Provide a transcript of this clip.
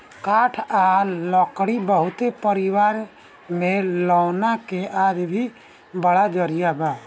काठ आ लकड़ी बहुत परिवार में लौना के आज भी बड़ा जरिया बा